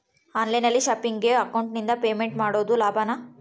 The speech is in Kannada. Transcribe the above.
ಆನ್ ಲೈನ್ ಶಾಪಿಂಗಿಗೆ ಅಕೌಂಟಿಂದ ಪೇಮೆಂಟ್ ಮಾಡೋದು ಲಾಭಾನ?